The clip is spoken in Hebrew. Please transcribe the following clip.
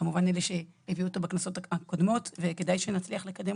כמובן את אלה שהביאו אותו בכנסות הקודמות וכדאי שנצליח לקדם